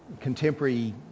contemporary